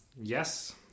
Yes